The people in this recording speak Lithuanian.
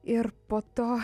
ir po to